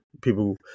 People